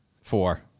Four